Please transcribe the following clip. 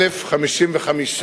1,055